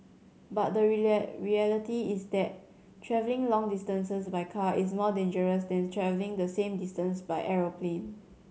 but the reality is that travelling long distances by car is more dangerous than travelling the same distance by aeroplane